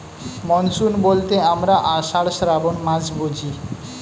monsoon বলতে আমরা আষাঢ়, শ্রাবন মাস বুঝি